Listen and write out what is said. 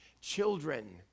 children